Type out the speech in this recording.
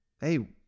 hey